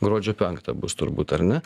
gruodžio penktą bus turbūt ar ne